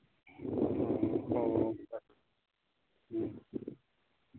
ꯑꯣ ꯑꯣ ꯐꯔꯦ ꯎꯝ